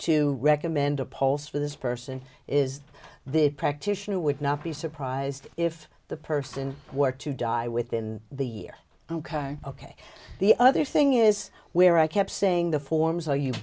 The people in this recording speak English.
to recommend a pulse for this person is the practitioner would not be surprised if the person were to die within the year ok the the other thing is where i kept saying the forms are